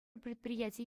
предприяти